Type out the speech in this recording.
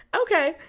Okay